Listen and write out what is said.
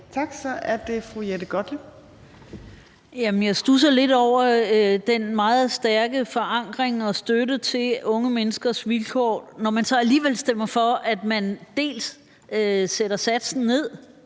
Kl. 14:59 Jette Gottlieb (EL): Jeg studser lidt over den meget stærke forankring og støtte til unge menneskers vilkår, når man så alligevel stemmer for, at man dels sætter satsen ned